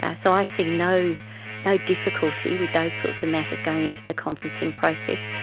ah so i see no no difficulty with those sorts of matters going into the conferencing process,